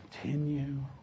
Continue